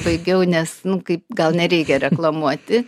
baigiau nes nu kaip gal nereikia reklamuoti